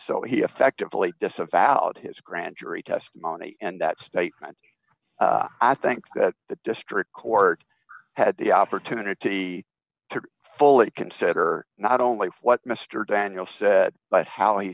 so he effectively disavowed his grand jury testimony and that statement i think that the district court had the opportunity to fully consider not only what mr daniel said but how he